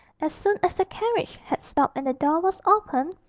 as soon as the carriage had stopped and the door was opened,